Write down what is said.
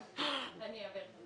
אני אעביר את המסר.